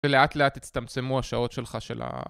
ולאט לאט תצטמצמו השעות שלך של ה...